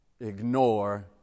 ignore